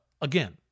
Again